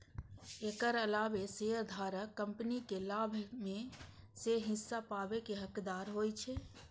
एकर अलावे शेयरधारक कंपनीक लाभ मे सं हिस्सा पाबै के हकदार होइ छै